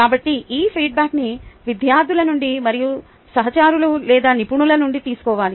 కాబట్టి ఈ ఫీడ్బ్యాక్న్ని విద్యార్థుల నుండి మరియు సహచరులు లేదా నిపుణుల నుండి తీసుకోవాలి